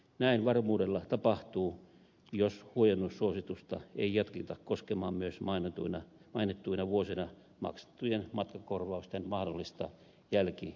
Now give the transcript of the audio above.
näin varmuudella tapahtuu jos huojennussuositusta ei jatketa koskemaan myös mainittuina vuosina maksettujen matkakorvausten mahdollista jälkiverottamista